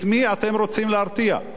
את מי אתם רוצים להרתיע?